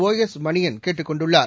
ஒஎஸ்மணியன் கேட்டுக் கொண்டுள்ளார்